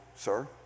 Sir